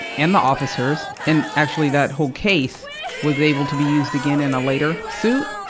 and the officers. and, actually, that whole case was able to be used again in a later suit.